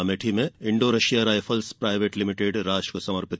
अमेठी में Indo Russia rifles private limited राष्ट्र को करेंगे समर्पित